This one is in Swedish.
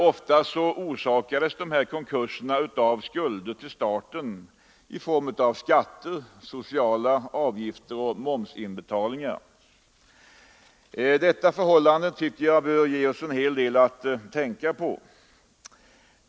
Oftast orsakades konkursen av skulder till staten i form av skatter, sociala avgifter och momsinbetalningar. Detta förhållande tycker jag bör ge oss en del att tänka på.